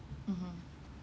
mmhmm